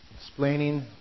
explaining